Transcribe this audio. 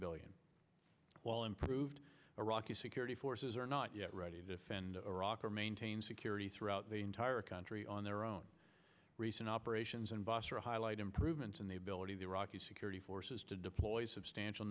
billion while improved iraqi security forces are not yet ready to defend iraq or maintain security throughout the entire country on their own recent operations in basra highlight improvements in the ability of the iraqi security forces to deploy substantial